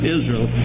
Israel